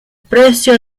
precios